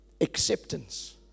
Acceptance